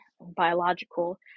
biological